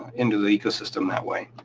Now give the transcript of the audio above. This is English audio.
into the ecosystem that way.